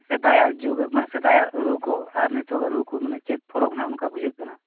ᱥᱮᱫᱟᱭᱟᱜ ᱡᱩᱜᱽ ᱢᱟᱱᱮ ᱥᱮᱫᱟᱭᱟᱜ ᱨᱩ ᱠᱚ ᱟᱨ ᱱᱤᱛᱚᱜᱟᱜ ᱨᱩ ᱠᱚ ᱢᱟᱱᱮ ᱪᱮᱫ ᱯᱷᱟᱨᱟᱠ ᱱᱟᱦᱟᱜ ᱚᱱᱠᱟ ᱵᱩᱡᱷᱟᱹᱜ ᱠᱟᱱᱟ